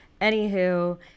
Anywho